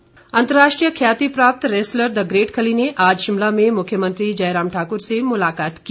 खली मेंट अंतरराष्ट्रीय ख्याति प्राप्त रेसलर द ग्रेट खली ने आज शिमला में मुख्यमंत्री जयराम ठाकुर से मुलाकात की